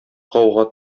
гауга